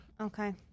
okay